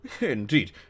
Indeed